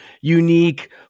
unique